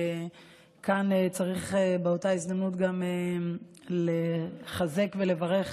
וכאן צריך באותה הזדמנות גם לחזק ולברך